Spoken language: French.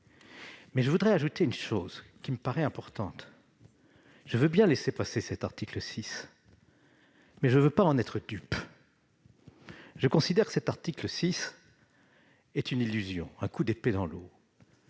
J'ajouterai toutefois une chose qui me paraît importante. Je veux bien laisser passer cet article 6, mais je ne veux pas en être dupe. Je considère que cet article est une illusion, un coup d'épée dans l'eau.